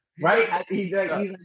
right